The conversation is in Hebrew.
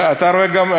אתה רואה גם,